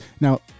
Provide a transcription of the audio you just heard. Now